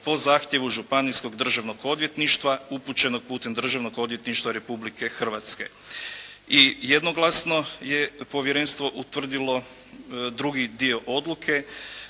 po zahtjevu Županijskog državnog odvjetništva upućenog putem Državnog odvjetništva Republike Hrvatske". I jednoglasno je povjerenstvo utvrdilo drugi dio odluke